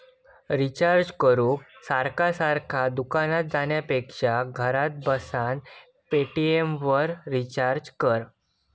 recharge करूक सारखा सारखा दुकानार जाण्यापेक्षा घरात बसान पेटीएमवरना रिचार्ज कर